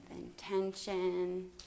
intention